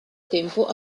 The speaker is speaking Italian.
tempo